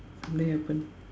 something happen